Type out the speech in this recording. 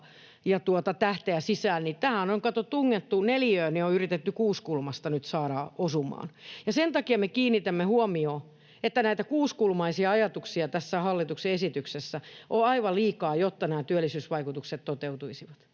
ja tähteä sisään: tähän neliöön on yritetty kuusikulmaista nyt saada osumaan. Ja sen takia me kiinnitämme huomiota, että näitä kuusikulmaisia ajatuksia tässä hallituksen esityksessä on aivan liikaa, jotta nämä työllisyysvaikutukset toteutuisivat.